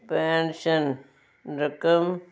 pension ਰਕਮ